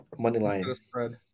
Moneyline